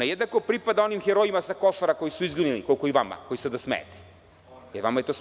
Ona jednako pripada onim herojima sa Košara koji su izginuli, koliko i vama, koji se sada smejete, jer vama je to smešno.